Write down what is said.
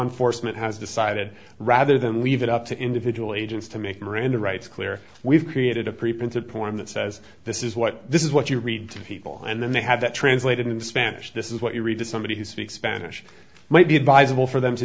enforcement has decided rather than leave it up to individual agents to make miranda rights clear we've created a preprinted point that says this is what this is what you read to people and then they have that translated into spanish this is what you read to somebody who speaks spanish might be advisable for them to